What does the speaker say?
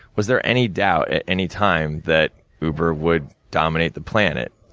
was there any doubt at any time, that uber would dominate the planet?